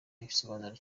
igisobanuro